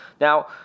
Now